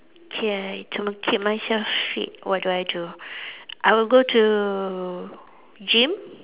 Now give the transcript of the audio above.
K to keep myself fit what do I do I will go to gym